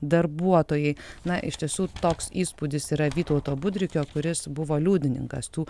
darbuotojai na iš tiesų toks įspūdis yra vytauto budrikio kuris buvo liudininkas tų